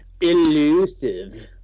Elusive